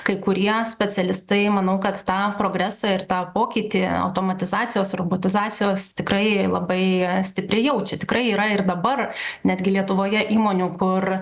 kai kurie specialistai manau kad tą progresą ir tą pokytį automatizacijos robotizacijos tikrai labai stipriai jaučia tikrai yra ir dabar netgi lietuvoje įmonių kur